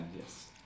yes